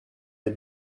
des